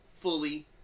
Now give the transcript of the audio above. fully